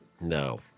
no